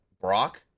Brock